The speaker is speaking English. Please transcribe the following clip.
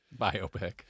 biopic